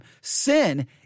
sin